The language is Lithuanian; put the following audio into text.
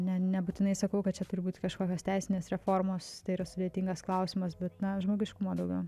ne nebūtinai sakau kad čia turbūt kažkokios teisinės reformos tai yra sudėtingas klausimas bet na žmogiškumo daugiau